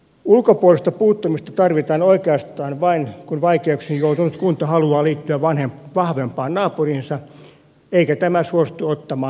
ulkopuolista puuttumista tarvitaan oikeastaan vain kun vaikeuksiin joutunut kunta haluaa liittyä vahvempaan naapuriinsa eikä tämä suostu ottamaan hakijaa vastaan